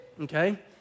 okay